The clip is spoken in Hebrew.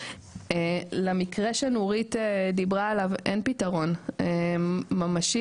למקרה שנורית דיברה עליו אין פתרון ממשי.